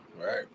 right